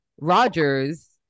Rogers